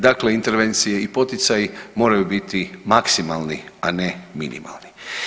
Dakle, intervencije i poticaji moraju biti maksimalni, a ne minimalni.